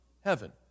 heaven